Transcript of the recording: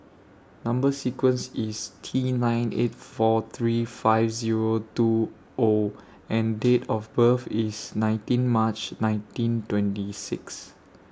Number sequence IS T nine eight four three five Zero two O and Date of birth IS nineteen March nineteen twenty six